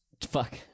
Fuck